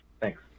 Thanks